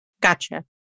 Gotcha